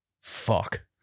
Fuck